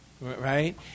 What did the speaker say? Right